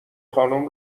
خانم